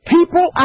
People